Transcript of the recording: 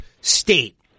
State